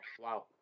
Wow